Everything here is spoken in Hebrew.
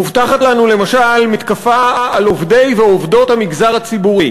מובטחת לנו למשל מתקפה על עובדי ועובדות המגזר הציבורי,